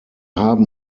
haben